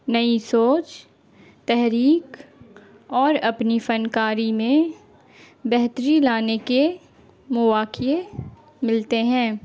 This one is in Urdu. نئی سوچ تحریک اور اپنی فنکاری میں بہتری لانے کے مواقع ملتے ہیں